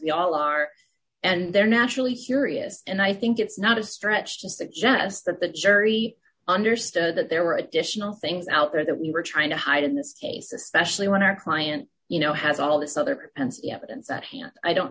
we all are and they're naturally curious and i think it's not a stretch to suggest that the jury understood that there were additional things out there that we were trying to hide in this case especially when our client you know has all this other